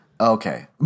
Okay